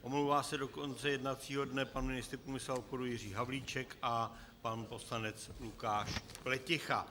Omlouvá se do konce jednacího dne pan ministr průmyslu a obchodu Jiří Havlíček a pan poslanec Lukáš Pleticha.